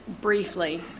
briefly